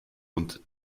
und